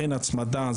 אין הצמדה.